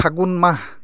ফাগুন মাহ